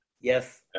Yes